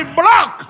block